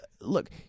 Look